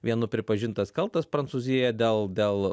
vienu pripažintas kaltas prancūzijoje dėl dėl